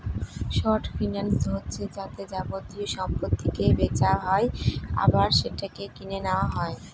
short finance হচ্ছে যাতে যাবতীয় সম্পত্তিকে বেচা হয় আবার সেটাকে কিনে নেওয়া হয়